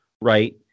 Right